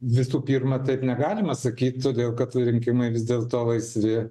visų pirma taip negalima sakyt todėl kad rinkimai vis dėlto laisvi